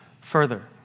further